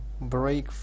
break